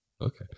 okay